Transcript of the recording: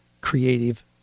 creative